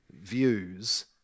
views